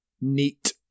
neat